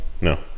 No